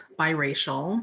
biracial